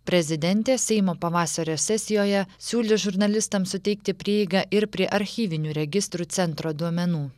prezidentė seimo pavasario sesijoje siūlys žurnalistams suteikti prieigą ir prie archyvinių registrų centro duomenų